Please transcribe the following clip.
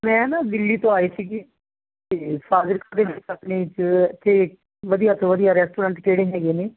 ਮੈਂ ਨਾ ਦਿੱਲੀ ਤੋਂ ਆਈ ਸੀਗੀ ਤੇ ਫਾਜਿਲਕਾ ਦੇ ਵਿੱਚ ਆਪਣੇ ਚ ਐਥੇ ਵਧੀਆ ਤੋਂ ਵਧੀਆ ਰੈਸਟੋਰੈਂਟ ਕਿਹੜੇ ਹੈਗੇ ਨੇ